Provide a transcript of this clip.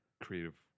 creative